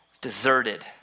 deserted